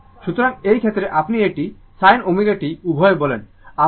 সুতরাং এই ক্ষেত্রে আপনি এটি sin ω t উভয় বলেন